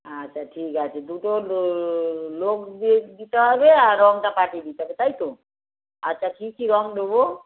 আচ্ছা ঠিক আছে দুটো লোক দিয়ে দিতে হবে আর রংটা পাঠিয়ে দিতে হবে তাই তো আচ্ছা কী কী রং দেবো